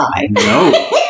No